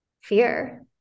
fear